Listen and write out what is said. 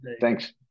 Thanks